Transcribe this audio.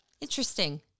Interesting